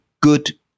good